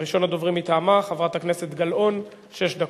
ראשונת הדוברים מטעמה, חברת הכנסת גלאון, שש דקות.